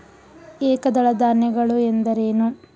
ಏಕದಳ ಧಾನ್ಯಗಳು ಎಂದರೇನು?